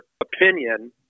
opinion